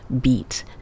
beat